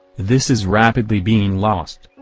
this is rapidly being lost.